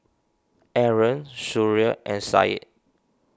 Aaron Suria and Syed